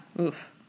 Oof